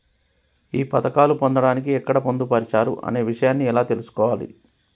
ఈ పథకాలు పొందడానికి ఎక్కడ పొందుపరిచారు అనే విషయాన్ని ఎలా తెలుసుకోవాలి?